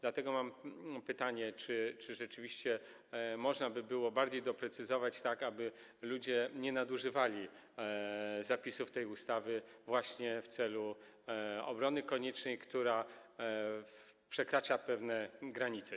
Dlatego mam pytanie, czy rzeczywiście można by było bardziej to doprecyzować, tak aby ludzie nie nadużywali przepisów tej ustawy do celów obrony koniecznej, która przekracza pewne granice.